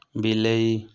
ବିଲେଇ